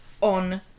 on